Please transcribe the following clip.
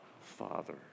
Father